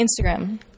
Instagram